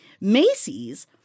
Macy's